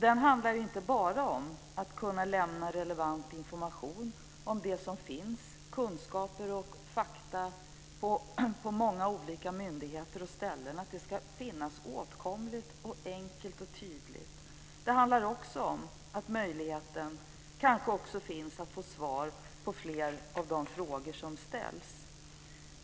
Den handlar inte bara om att kunna lämna relevant information om det som finns, kunskaper och fakta på många olika myndigheter och ställen, dvs. de ska finnas åtkomliga enkelt och tydligt. Det handlar också om att möjligheten kanske finns att få svar på fler av de frågor som ställs.